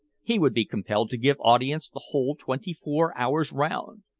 he would be compelled to give audience the whole twenty-four hours round.